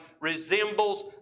resembles